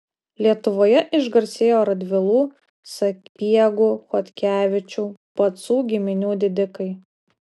lietuvoje išgarsėjo radvilų sapiegų chodkevičių pacų giminių didikai